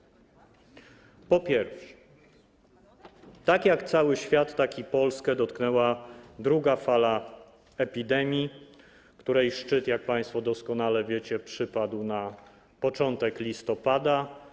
Po pierwsze, tak jak cały świat, tak i Polskę dotknęła druga fala epidemii, której szczyt, jak państwo doskonale wiecie, przypadł na początek listopada.